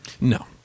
No